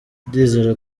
ndizera